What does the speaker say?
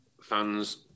fans